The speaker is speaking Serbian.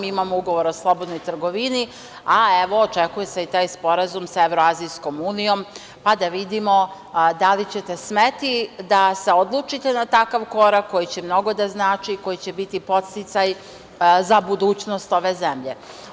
Imamo ugovor o slobodnoj trgovini, a evo, očekuje se i taj sporazum sa Evroazijskom unijom, pa da vidimo da li ćete smeti da se odlučite na takav korak, koji će mnogo da znači, koji će biti podsticaj za budućnost ove zemlje.